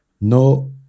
No